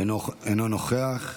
אינו נוכח.